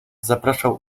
zapraszał